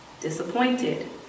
disappointed